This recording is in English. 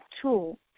tool